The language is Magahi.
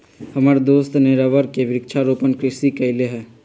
हमर दोस्त ने रबर के वृक्षारोपण कृषि कईले हई